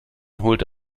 holte